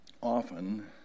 often